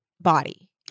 body